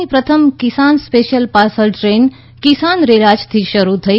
દેશની પ્રથમ કિસાન special parcel train Kisan rail આજથી શરૂ થઈ